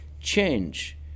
change